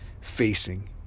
facing